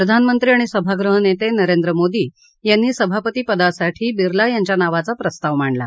प्रधानमंत्री आणि सभागृह नेते नरेंद्र मोदी यांनी सभापती पदासाठी बिर्ला यांच्या नावाचा प्रस्ताव मांडला